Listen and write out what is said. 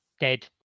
Dead